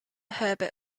herbert